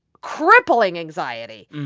crippling anxiety?